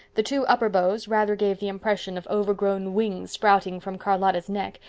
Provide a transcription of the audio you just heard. the two upper bows rather gave the impression of overgrown wings sprouting from charlotta's neck,